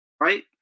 right